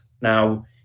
now